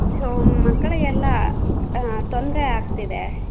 ಶೊ ಮಕ್ಕಳಿಗೆಲ್ಲ ತೊಂದರೆ ಆಗ್ತಿದೆ